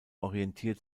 orientiert